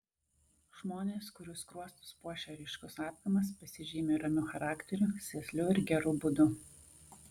žmonės kurių skruostus puošia ryškus apgamas pasižymi ramiu charakteriu sėsliu ir geru būdu